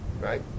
Right